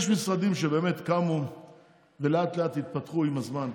יש משרדים שבאמת קמו ולאט-לאט התפתחו עם הזמן,